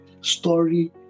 story